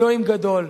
אלוהים גדול.